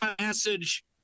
message